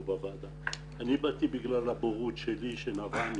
אני באתי בגלל הבורות שלי שנבעה